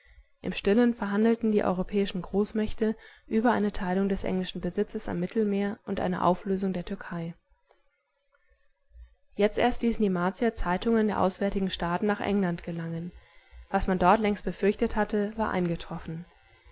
im stillen verhandelten die europäischen großmächte über eine teilung des englischen besitzes am mittelmeer und eine auflösung der türkei jetzt erst ließen die martier zeitungen der auswärtigen staaten nach england gelangen was man dort längst befürchtet hatte war eingetroffen